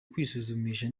kwisuzumisha